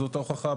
זאת ההוכחה,